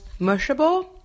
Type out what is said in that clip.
mushable